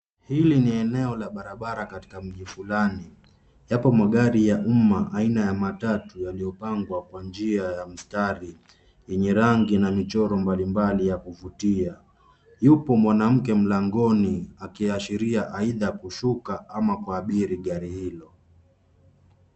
Hili ni eneo la barabara, katika mji fulani .Yapo magari ya umma aina ya matatu yaliyopangwa kwa njia ya mistari, yenye rangi na michoro mbalimbali ya kuvutia. Yupo mwanamke mlangoni akiashiria aidha kushuka ama kuabiri gari hilo.